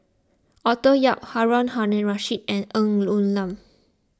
Arthur Yap Harun Aminurrashid and Ng Woon Lam